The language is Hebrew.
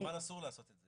אסור לעשות את זה,